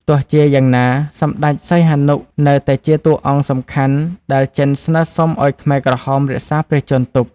ទោះជាយ៉ាងណា សម្តេចសីហនុនៅតែជាតួអង្គសំខាន់ដែលចិនស្នើសុំឱ្យខ្មែរក្រហមរក្សាព្រះជន្មទុក។